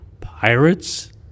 pirates